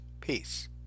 Peace